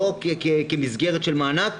לא כמסגרת של מענק,